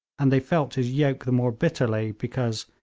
and they felt his yoke the more bitterly because,